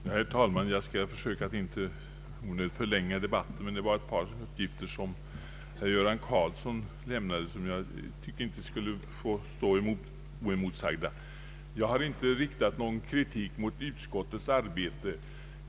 Herr talman! Jag skall försöka att inte onödigt förlänga debatten, men det var ett par uppgifter som herr Göran Karlsson lämnade som enligt min mening inte bör stå oemotsagda. Jag har inte riktat någon kritik mot utskottets arbete.